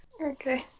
Okay